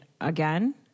again